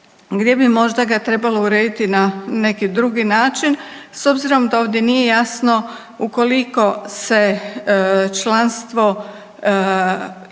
gdje bi možda ga trebalo urediti na neki drugi način, s obzirom da ovdje nije jasno ukoliko se članstvo izjasni